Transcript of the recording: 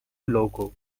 logo